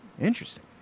Interesting